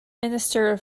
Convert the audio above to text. minister